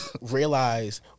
realize